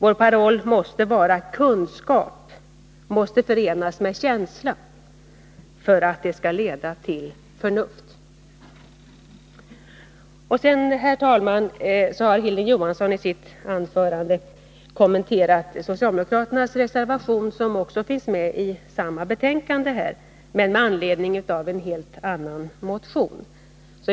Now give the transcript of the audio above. Vår paroll måste vara: Kunskap måste förenas med känsla, för att det skall leda till förnuft. Hilding Johansson har i sitt anförande kommenterat socialdemokraternas reservation i betänkandet med anledning av en helt annan motion.